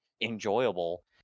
enjoyable